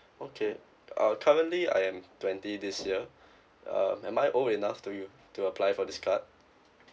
okay uh currently I am twenty this year uh am I old enough to u~ to apply for this card